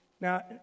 Now